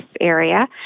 area